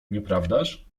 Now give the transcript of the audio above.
nieprawdaż